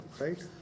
right